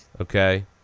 Okay